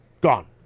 Gone